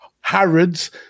Harrods